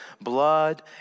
blood